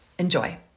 enjoy